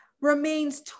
remains